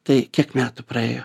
tai kiek metų praėjo